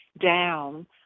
down